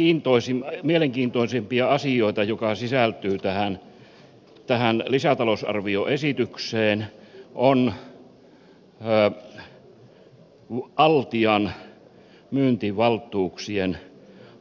eräs mielenkiintoisimpia asioita joka sisältyy tähän lisätalousarvioesitykseen on altian myyntivaltuuksien